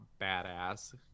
badass